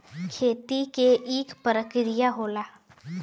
खेती के इक परिकिरिया होला